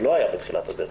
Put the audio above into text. שלא היה בתחילת הדרך.